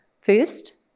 First